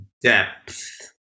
depth